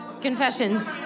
Confession